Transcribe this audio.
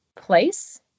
place